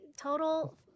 total